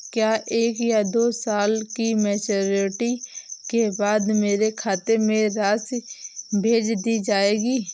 क्या एक या दो साल की मैच्योरिटी के बाद मेरे खाते में राशि भेज दी जाएगी?